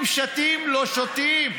אם שטים, לא שותים.